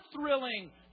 thrilling